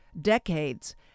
decades